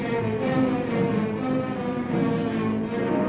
and you know